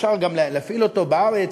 ואפשר גם להפעיל אותו בארץ,